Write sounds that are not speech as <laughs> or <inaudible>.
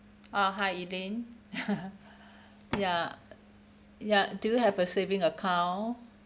oh hi elaine <laughs> ya ya do you have a saving account